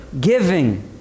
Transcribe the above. giving